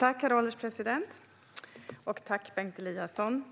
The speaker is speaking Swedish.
Herr ålderspresident! Bengt Eliasson